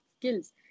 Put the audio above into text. skills